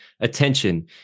attention